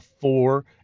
four